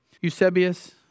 Eusebius